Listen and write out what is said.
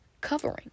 covering